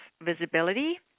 visibility